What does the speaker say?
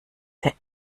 der